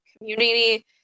community